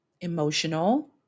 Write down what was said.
emotional